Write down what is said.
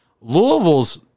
Louisville's